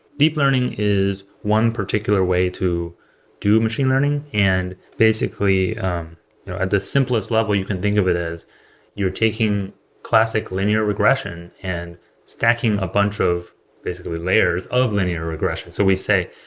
deep learning is one particular way to do machine learning, and basically at the simplest level you can think of it as you're taking classic linear regression and stacking a bunch of basically layers of linear regression so we say,